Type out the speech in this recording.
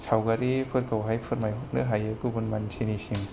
सावगारिफोरखौहाय फोरमायहरनो हायो गुबुन मानसिनिसिम